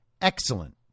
excellent